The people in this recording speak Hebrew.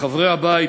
מחברי הבית,